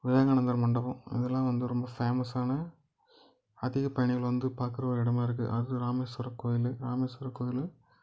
விவேகானந்தர் மண்டபம் அதெல்லாம் வந்து ரொம்ப ஃபேமஸ்ஸான அதிக பயணிகள் வந்து ஒரு பார்க்குற ஒரு இடமா இருக்குது அடுத்தது ராமேஸ்வர கோவிலு ராமேஸ்வர கோவிலு